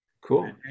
Cool